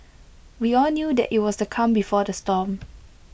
we all knew that IT was the calm before the storm